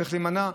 צריך להימנע,